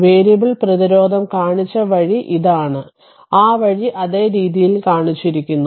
variable പ്രതിരോധം കാണിച്ച വഴി ഇതാണ് ആ വഴി അതേ രീതിയിൽ കാണിച്ചിരിക്കുന്നു